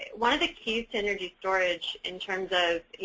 one of the key energy storage in terms of,